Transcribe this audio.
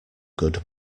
good